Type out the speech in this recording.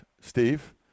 Steve